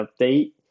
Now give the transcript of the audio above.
update